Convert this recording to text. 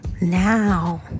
now